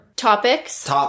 Topics